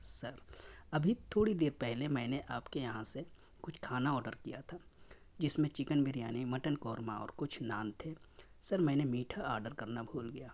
سر ابھی تھوڑی دیر پہلے میں نے آپ کے یہاں سے کچھ کھانا آرڈر کیا تھا جس میں چکن بریانی مٹن قورمہ اور کچھ نان تھے سر میں نے میٹھا آرڈر کرنا بھول گیا